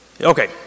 Okay